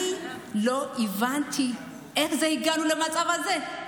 אני לא הבנתי איך הגענו למצב הזה.